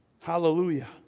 hallelujah